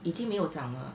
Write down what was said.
已经没有长了